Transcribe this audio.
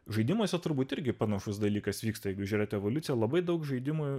žaidimuose turbūt irgi panašus dalykas vyksta jeigu žiūrėti evoliucija labai daug žaidimų